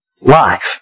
life